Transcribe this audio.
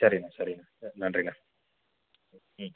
சரிண்ணே சரிண்ணே சரி நன்றிண்ணே ம்